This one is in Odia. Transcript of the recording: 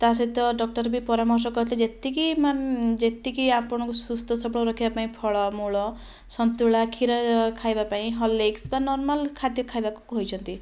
ତା' ସହିତ ଡକ୍ଟର ବି ପରାମର୍ଶ କରିଥିଲେ ଯେତିକି ଯେତିକି ଆପଣଙ୍କୁ ସୁସ୍ଥ ସବଳ ରଖିବା ପାଇଁ ଫଳମୂଳ ସନ୍ତୁଳା କ୍ଷୀର ଖାଇବା ପାଇଁ ହର୍ଲିକ୍ସ ବା ନର୍ମାଲ ଖାଦ୍ୟ ଖାଇବାକୁ କହିଛନ୍ତି